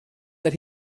that